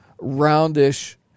roundish